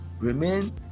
remain